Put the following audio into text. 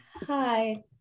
hi